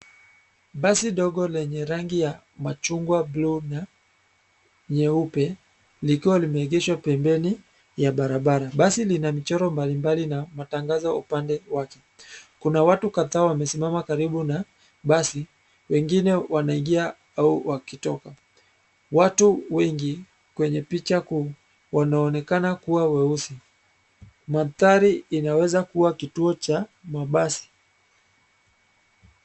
Basi dogo lenye rangi ya machungwa, buluu, na nyeupe likiwa limeegeshwa pembeni ya barabara. Basi lina michoro mbalimbali na matangazo upande wake. Kuna watu kadhaa wamesimama karibu na basi, wengine wanaingia au wakitoka. Watu wengi kwenye picha kuu wanaonekana kuwa weusi. Madhari inaweza kuwa kituo cha mabasi.